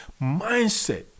mindset